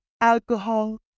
alcohol